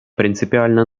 принципиально